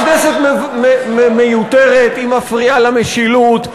הכנסת מיותרת, היא מפריעה למשילות.